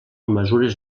mesures